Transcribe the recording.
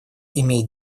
имеет